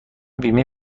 بیمه